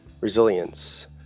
resilience